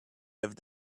have